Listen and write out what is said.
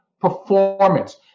performance